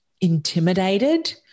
intimidated